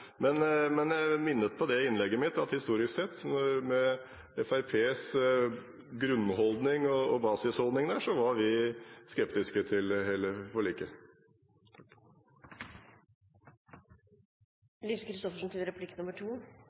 Men i innlegget mitt minnet jeg om at historisk sett, med Fremskrittspartiets grunnholdning, var vi skeptiske til hele forliket. Da har jeg lyst til